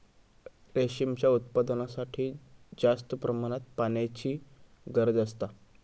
रेशीमच्या उत्पादनासाठी जास्त प्रमाणात पाण्याची गरज असता